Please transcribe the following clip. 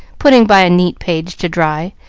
putting by a neat page to dry,